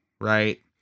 right